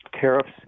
tariffs